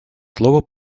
слово